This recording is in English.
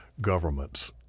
governments